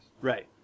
Right